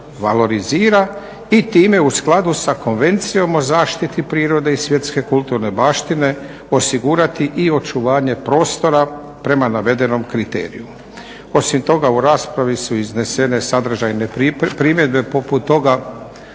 valorizira i time u skladu sa Konvencijom o zaštiti prirode i svjetske kulturne baštine osigurati i očuvanje prostora prema navedenom kriteriju. Osim toga u raspravi su iznesene sadržajne primjedbe poput toga